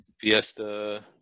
Fiesta